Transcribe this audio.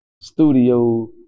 studio